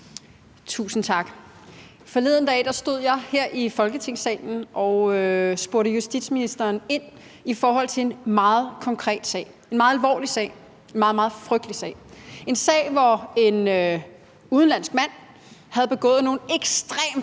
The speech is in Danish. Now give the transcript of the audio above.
Tusind tak. Forleden dag stod jeg her i Folketingssalen og spurgte justitsministeren ind til en meget konkret sag, en meget alvorlig sag, en meget, meget frygtelig sag – en sag, hvor en udenlandsk mand havde begået nogle ekstremt